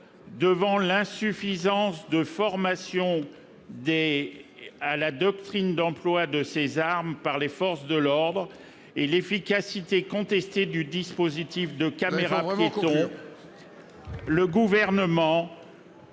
de l'insuffisance de la formation à la doctrine d'emploi de ces armes par les forces de l'ordre et de l'efficacité contestée du dispositif de caméras piétons pour encadrer